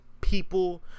people